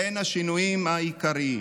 בין השינויים העיקריים,